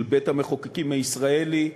של בית-המחוקקים הישראלי,